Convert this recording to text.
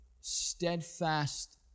steadfast